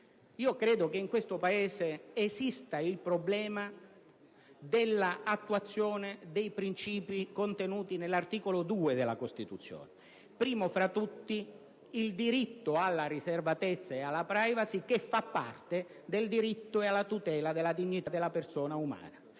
credo che in questo Paese esista il problema dell'attuazione dei principi contenuti nell'articolo 2 della Costituzione, primo tra tutti il diritto alla riservatezza e alla *privacy*, che fa parte della tutela della dignità della persona umana.